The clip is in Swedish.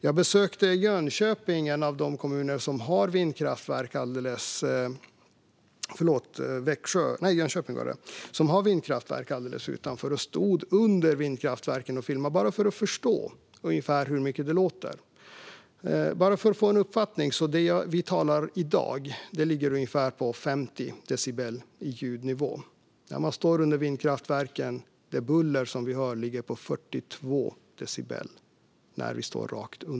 Jag besökte Jönköping, som är en av de kommuner som har vindkraftverk alldeles utanför. Jag stod under ett vindkraftverk bara för att förstå ungefär hur mycket det låter. Bara för att få en uppfattning om vad vi talar om: I dag ligger ljudnivån på ungefär 50 decibel, men när man står rakt under ett vindkraftverk och mäter det buller man hör ligger det på 42 decibel.